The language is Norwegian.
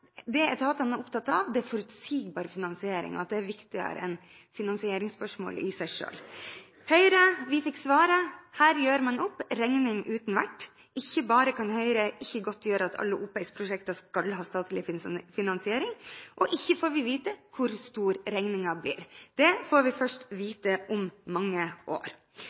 Det etatene er opptatt av, er forutsigbar finansiering, at det er viktigere enn finansieringsspørsmålet i seg selv. Til Høyre: Vi fikk svaret, her gjør man opp regning uten vert. Ikke bare er det slik at Høyre ikke kan godtgjøre at alle OPS-prosjekter skal ha statlig finansiering, vi får heller ikke vite hvor stor regningen blir. Det får vi først vite om mange år.